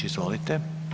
Izvolite.